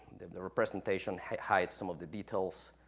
the presentation hides some of the details,